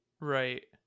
Right